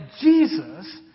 Jesus